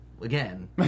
again